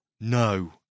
no